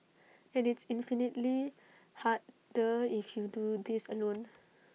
and it's infinitely harder if you do this alone